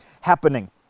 happening